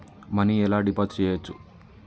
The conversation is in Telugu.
మనీ ఎలా డిపాజిట్ చేయచ్చు?